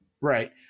Right